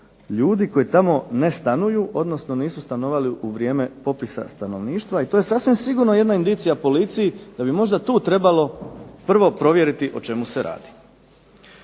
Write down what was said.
ljudi koji tamo ne stanuju odnosno nisu stanovali u vrijeme popisa stanovništva. I to je sasvim sigurno jedna indicija policiji, da bi možda tu trebalo prvo provjeriti o čemu se radi.